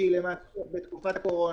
שהיא למעשה בתקופת קורונה.